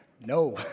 no